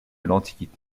l’antiquité